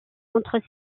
entre